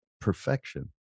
perfection